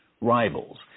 rivals